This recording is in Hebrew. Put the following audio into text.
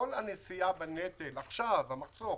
כל הנשיאה בנטל עכשיו, במחסור,